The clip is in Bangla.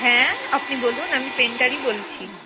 হ্যাঁ আপনি বলুন আমি পেন্টারই বলছি